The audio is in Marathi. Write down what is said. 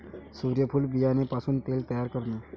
सूर्यफूल बियाणे पासून तेल तयार करणे